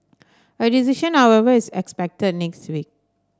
a decision however is expected next week